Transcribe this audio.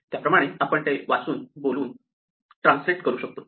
त्याप्रमाणे आपण ते वाचून बोलून ट्रान्सलेट करू शकतो